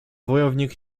wojownik